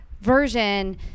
version